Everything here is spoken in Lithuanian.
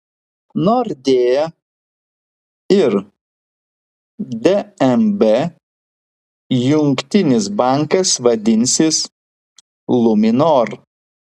nordea ir dnb jungtinis bankas vadinsis luminor